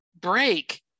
break